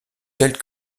tels